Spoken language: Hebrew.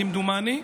כמדומני,